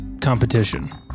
competition